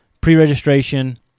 pre-registration